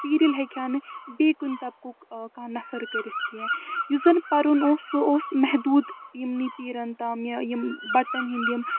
پیٖرِل ہیٚکہِ ہا نہٕ بیٚیہِ کُنہِ طبقُک کانٛہہ نفر کٔرِتھ کیٚنٛہہ یُس زن پَرُن اوس سُہ اوس محدوٗد یِمنٕے پیٖرن تام یا یِم بَٹن ہِنٛدۍ یِم